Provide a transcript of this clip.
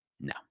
No